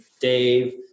Dave